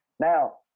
Now